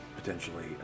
Potentially